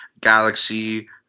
Galaxy